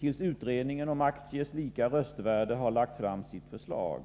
tills utredningen om aktiers lika röstvärde har lagt fram sitt förslag.